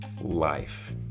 life